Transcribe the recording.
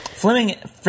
Fleming